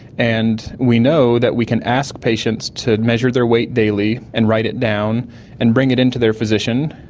and we know that we can ask patients to measure their weight daily and write it down and bring it in to their physician.